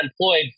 unemployed